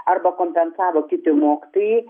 arba kompensavo kiti mokytojai